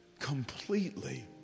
completely